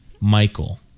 Michael